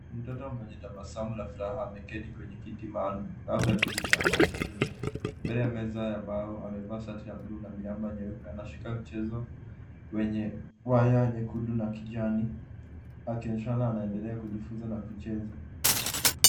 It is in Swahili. Mtoto mwenye tabasamu la furaha ameketi kwenye kiti maalum, labda kiti cha magurudumu. Mbele ya meza ya mbao amevaa shati ya buluu na miramba meupe. Anashika mchezo wenye waya nyekundu na kijani akionyesha anaendelea kujifunza na kucheza.